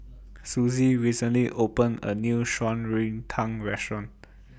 Susie recently opened A New Shan Rui Tang Restaurant